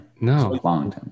No